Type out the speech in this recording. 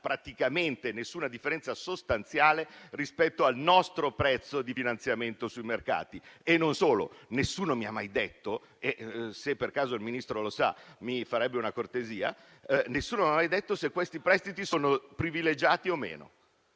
praticamente nessuna differenza sostanziale rispetto al nostro prezzo di finanziamento sui mercati. Non solo. Nessuno mi ha mai detto - e se per caso il Ministro lo sapesse, mi farebbe una cortesia a dirmelo - se questi prestiti sono privilegiati o meno,